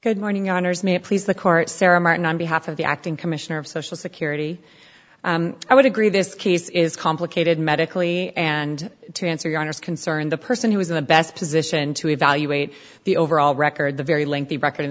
good morning honors may it please the court sara martin on behalf of the acting commissioner of social security i would agree this case is complicated medically and to answer your honor's concern the person who is in the best position to evaluate the overall record the very lengthy record in